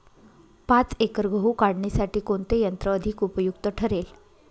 पाच एकर गहू काढणीसाठी कोणते यंत्र अधिक उपयुक्त ठरेल?